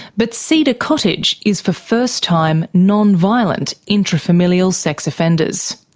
but cedar cottage is for first-time, non-violent intrafamilial sex offenders.